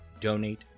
donate